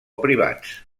privats